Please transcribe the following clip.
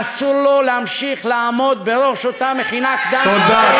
אסור לו להמשיך לעמוד בראש אותה מכינה קדם-צבאית,